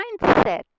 mindset